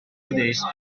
hoodies